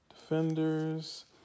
Defenders